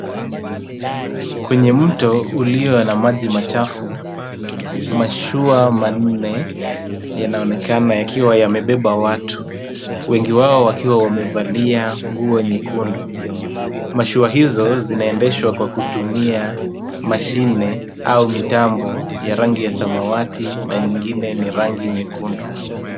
Kwenye mto ulio na maji machafu, mashua manne yanaonekana yakiwa yamebeba watu, wengi wao wakiwa wamevalia nguo nyekundu. Mashua hizo zinaendeshwa kwa kutumia mashine au mitambo ya rangi ya samawati na nyingine ni rangi nyekundu.